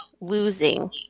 losing